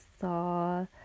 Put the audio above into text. saw